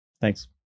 Thanks